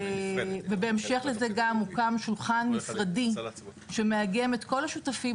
ובהמשך לזה גם הוקם שולחן משרדי שמאגם את כל השותפים,